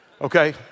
okay